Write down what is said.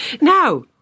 Now